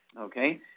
Okay